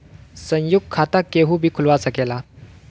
संयुक्त खाता केहू भी खुलवा सकेला